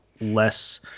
less